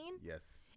Yes